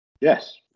yes